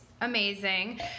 amazing